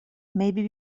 maybe